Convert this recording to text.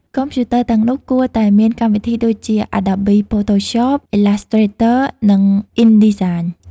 កុំព្យូទ័រទាំងនោះគួរតែមានកម្មវិធីដូចជា Adobe Photoshop, Illustrator និង InDesign។